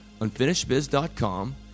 UnfinishedBiz.com